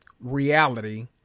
reality